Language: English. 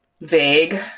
vague